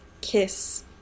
kiss